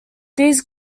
these